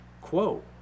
quote